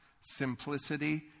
simplicity